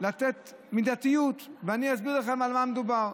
לתת מידתיות, ואני אסביר לכם על מה מדובר.